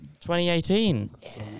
2018